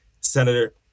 Senator